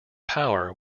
power